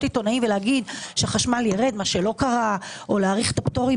עיתונאים ולומר שחשמל יירד - מה שלא קרה או להאריך את הפטורים